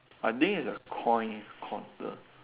I think it's a coin quarter